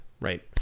Right